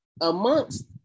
Amongst